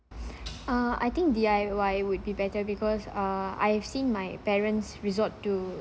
uh I think D_I_Y would be better because uh I have seen my parents resort to